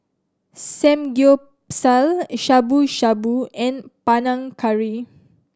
Samgeyopsal Shabu Shabu and Panang Curry